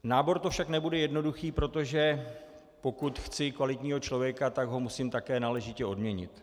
Nábor to však nebude jednoduchý, protože pokud chci kvalitního člověka, tak ho musím také náležitě odměnit.